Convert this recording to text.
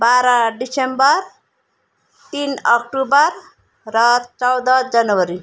बाह्र दिसम्बर तिन अक्टोबर र चौध जनवरी